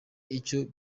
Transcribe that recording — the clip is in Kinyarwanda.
icyo